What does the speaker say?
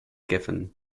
given